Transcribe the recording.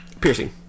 Piercing